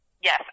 Yes